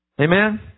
Amen